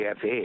FA